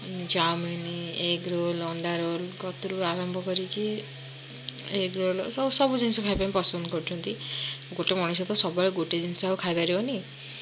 chowmein egg roll ଅଣ୍ଡା roll କତୁରୁ ଆରମ୍ଭ କରିକି ଏଗ୍ ରୋଲ୍ ସବୁ ସବୁ ଜିନିଷ ଖାଇବା ପାଇଁ ପସନ୍ଦ କରୁଛନ୍ତି ଗୋଟେ ମଣିଷ ତ ସବୁ ବେଳେ ଗୋଟେ ଜିନିଷ ତ ଖାଇପାରିବନି